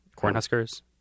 Cornhuskers